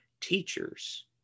teachers